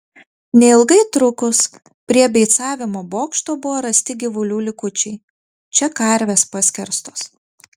neilgai trukus prie beicavimo bokšto buvo rasti gyvulių likučiai čia karvės paskerstos